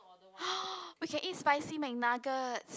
we can eat spicy McNuggets